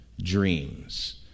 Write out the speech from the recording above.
dreams